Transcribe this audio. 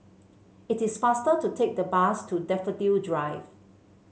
it is faster to take the bus to Daffodil Drive